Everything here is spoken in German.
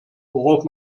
worauf